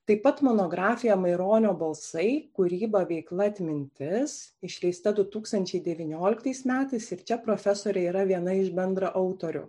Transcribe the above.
taip pat monografija maironio balsai kūryba veikla atmintis išleista du tūkstančiai devynioliktais metais ir čia profesorė yra viena iš bendraautorių